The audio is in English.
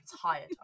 tired